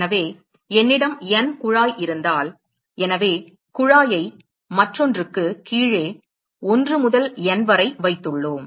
எனவே என்னிடம் N குழாய் இருந்தால் எனவே குழாயை மற்றொன்றுக்கு கீழே 1 முதல் N வரை வைத்துள்ளோம்